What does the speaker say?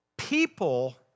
People